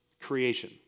creation